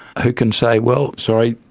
who can say, well, sorry,